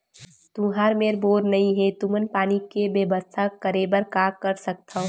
तुहर मेर बोर नइ हे तुमन पानी के बेवस्था करेबर का कर सकथव?